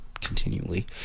continually